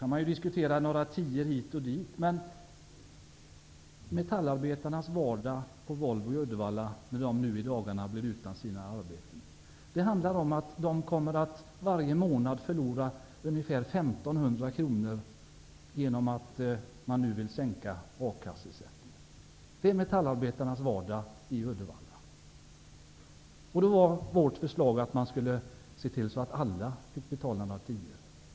Man kan diskutera tior hit och dit, men de metallarbetare på Volvo i Uddevalla som nu i dagarna blir utan arbete kommer att förlora ungefär 1 500 per månad genom den sänkning av akasseersättningen som regeringen vill göra. Det är metallarbetarnas vardag i Uddevalla. Vårt förslag innebar att man skulle se till att alla fick betala några tior.